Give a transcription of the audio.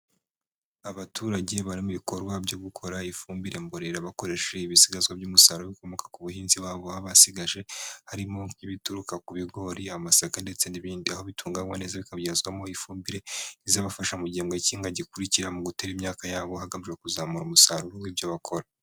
Abaturage bari mu bikorwa byo gukora ifumbire mborera bakoresheje ibisigazwa by'umusaruro w'ibikomoka ku buhinzi wabo baba basigaje, harimo nk'ibituruka ku bigori, amasaka ndetse n'ibindi aho bitunganywa neza bikabyazwamo ifumbire izabafasha mu gihembwe k'ihinga gikurikira mu gutera imyaka yabo, hagamijwe kuzamura umusaruro w'ibyo bakora.